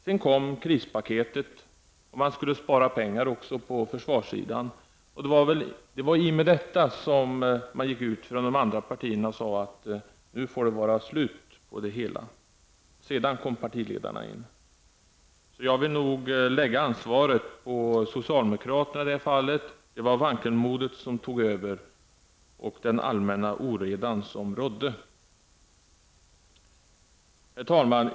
Sedan kom krispaketet, och man skulle spara också på försvarssidan. Det var då som man från de andra partierna sade att nu får det vara slut på det hela. Därefter kom partiledarna in. Jag vill nog lägga ansvaret på socialdemokraterna i det här fallet. Vankelmodet tog över, och allmän oreda rådde. Herr talman!